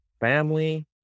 family